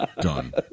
Done